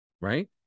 right